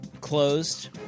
closed